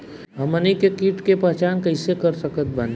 हमनी के कीट के पहचान कइसे कर सकत बानी?